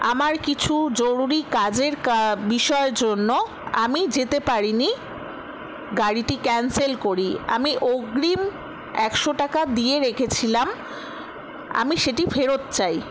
আমার কিছু জরুরি কাজের বিষয়ের জন্য আমি যেতে পারি নি গাড়িটি ক্যান্সেল করি আমি অগ্রিম একশো টাকা দিয়ে রেখেছিলাম আমি সেটি ফেরত চাই